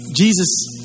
Jesus